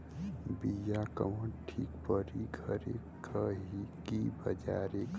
बिया कवन ठीक परी घरे क की बजारे क?